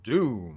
Doom